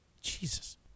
Jesus